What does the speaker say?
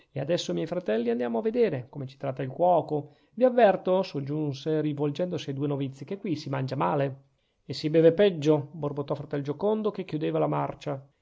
e adesso miei fratelli andiamo a vedere come ci tratta il cuoco vi avverto soggiunse rivolgendosi ai due novizi che qui si mangia male e si beve peggio borbottò fratel giocondo che chiudeva la marcia